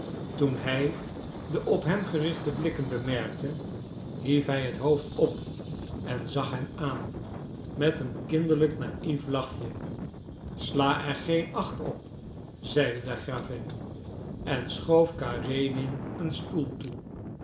toen hij de op hem gerichte blikken bemerkte hief hij het hoofd op en zag hen aan met een kinderlijk naïef lachje sla er geen acht op zeide de gravin en schoof karenin een stoel toe